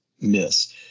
miss